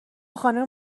خانوم